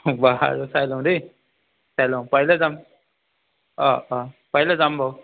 বাৰু চাই লওঁ দেই চাই লওঁ পাৰিলে যাম অঁ অঁ পাৰিলে যাম বাৰু